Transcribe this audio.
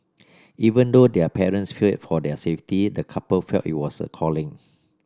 even though their parents feared for their safety the couple felt it was a calling